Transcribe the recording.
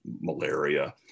malaria